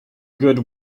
good